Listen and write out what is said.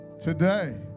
Today